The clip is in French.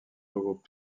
regroupe